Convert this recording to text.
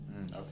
Okay